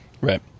Right